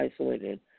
isolated